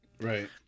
Right